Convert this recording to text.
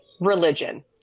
religion